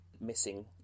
missing